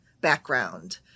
background